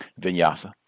vinyasa